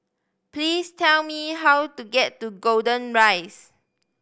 please tell me how to get to Golden Rise